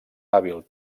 hàbil